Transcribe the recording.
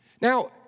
Now